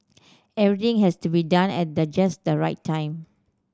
everything has to be done at the just the right time